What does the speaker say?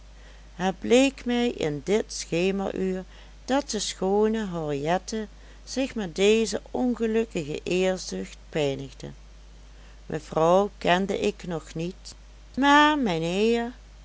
het bleek mij in dit schemeruur dat de schoone henriette zich met deze ongelukkige eerzucht pijnigde mevrouw kende ik nog niet maar mijnheer